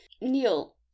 Neil